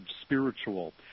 spiritual